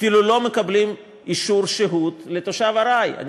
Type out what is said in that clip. המוחלט אפילו לא מקבלים אישור שהות לתושב ארעי,